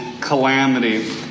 calamity